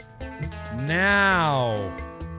now